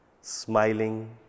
smiling